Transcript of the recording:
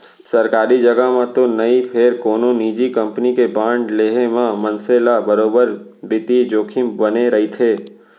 सरकारी जघा म तो नई फेर कोनो निजी कंपनी के बांड लेहे म मनसे ल बरोबर बित्तीय जोखिम बने रइथे